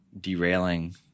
derailing